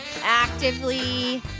actively